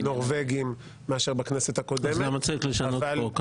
נורבגיים מאשר בכנסת הקודמת --- אז למה צריך לשנות פה?